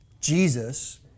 Jesus